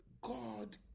God